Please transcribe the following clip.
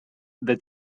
the